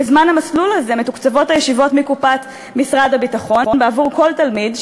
בזמן המסלול הזה הישיבות מתוקצבות מקופת משרד הביטחון בעבור כל תלמיד,